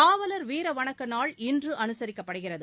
காவலர் வீரவணக்க நாள் இன்று அனுசரிக்கப்படுகிறது